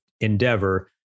endeavor